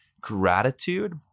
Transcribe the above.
gratitude